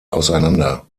auseinander